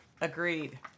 Agreed